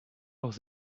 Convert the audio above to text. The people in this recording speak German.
aus